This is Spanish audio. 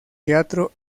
teatro